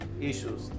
issues